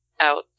out